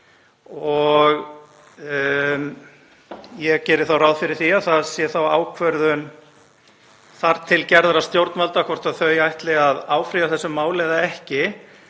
Ég geri þá ráð fyrir því að það sé þá ákvörðun þar til gerðra stjórnvalda hvort þau ætli að áfrýja þessu máli eða ekki.